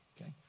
Okay